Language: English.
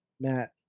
Matt